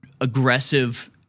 aggressive